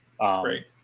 right